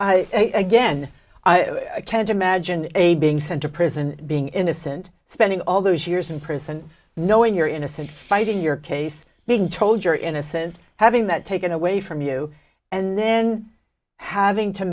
i again i can't imagine a being sent to prison being innocent spending all those years in prison knowing you're innocent fight in your case being told you're innocent having that taken away from you and then having to